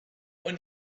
when